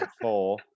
four